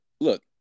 look